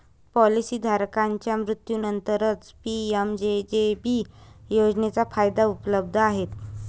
policy धारकाच्या मृत्यूनंतरच PMJJB योजनेचा फायदा उपलब्ध आहे